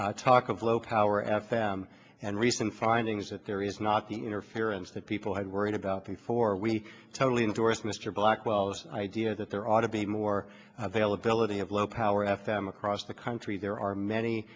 talk of low power f m and recent findings that there is not the interference that people had worried about before we totally interest mr blackwell this idea that there ought to be more available lety of low power f m across the country there are many